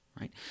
right